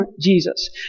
Jesus